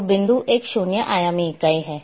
तो बिंदु एक शून्य आयामी इकाई है